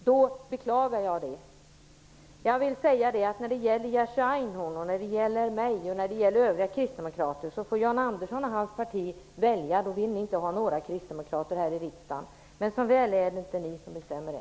När det gäller Jerzy Einhorn, mig och övriga kristdemokrater vill jag säga att om Jan Andersson och hans parti får välja vill de inte ha några kristdemokrater här i riksdagen. Som väl är är det inte de som bestämmer det.